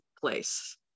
place